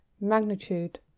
magnitude